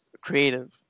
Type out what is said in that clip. creative